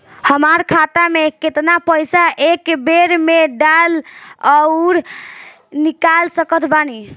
हमार खाता मे केतना पईसा एक बेर मे डाल आऊर निकाल सकत बानी?